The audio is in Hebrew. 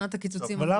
שנת הקיצוצים הגדולה.